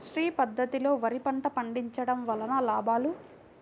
శ్రీ పద్ధతిలో వరి పంట పండించడం వలన లాభాలు?